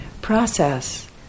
process